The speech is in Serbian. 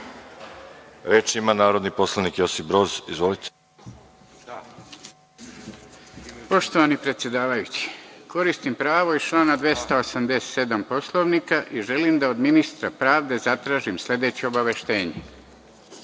ima narodni poslanik Josip Broz. **Josip Broz** Poštovani predsedavajući, koristim pravo iz člana 287. Poslovnika i želim da od ministra pravde zatražim sledeće obaveštenje.U